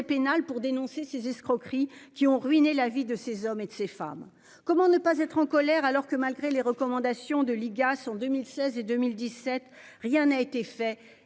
pénal pour dénoncer ces escroqueries qui ont ruiné la vie de ces hommes et de ces femmes. Comment ne pas être en colère alors que malgré les recommandations de l'IGAS en 2016 et 2017. Rien n'a été fait